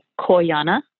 Koyana